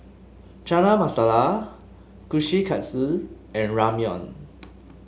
Chana Masala Kushikatsu and Ramyeon